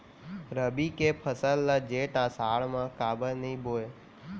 रबि के फसल ल जेठ आषाढ़ म काबर नही बोए?